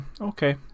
okay